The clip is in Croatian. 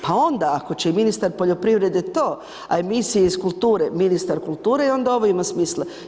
Pa onda ako će i ministar poljoprivrede to, a emisije iz kulture, ministar kulture, i onda ovo ima smisla.